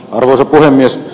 arvoisa puhemies